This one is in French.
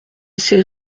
s’est